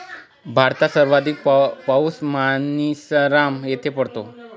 भारतात सर्वाधिक पाऊस मानसीनराम येथे पडतो